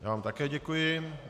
Já vám také děkuji.